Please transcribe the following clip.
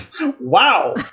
wow